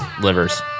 Livers